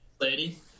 Lady